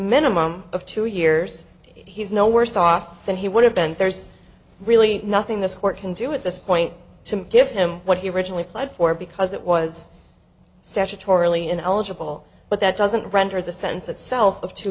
minimum of two years he's no worse off than he would have been there's really nothing this court can do at this point to give him what he originally applied for because it was statutorily and eligible but that doesn't render the sentence itself of two